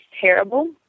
terrible